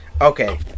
Okay